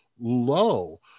low